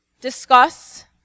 Discuss